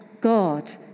God